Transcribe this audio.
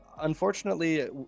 unfortunately